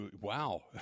Wow